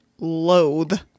loathe